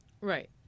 Right